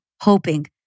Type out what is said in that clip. hoping